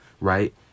right